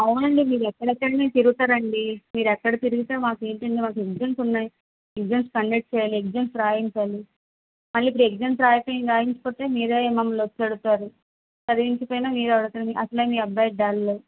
అవునండి మీరు ఎక్కడెక్కడో తిరుగుతారు అండి మీరు ఎక్కడ తిరిగితే మాకు ఏంటండి మాకు ఎగ్జామ్స్ ఉన్నాయి ఎగ్జామ్స్ కండక్ట్ చేయాలి ఎగ్జామ్స్ రాయించాలి మళ్ళీ ఇప్పుడు ఎగ్జామ్స్ రాయిపి రాయించకపోతే మీరు మమ్మల్ని వచ్చి అడుగుతారు చదివించక పోయిన మీరు అడుగుతారు అసలే మీ అబ్బాయి డల్